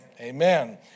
amen